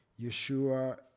Yeshua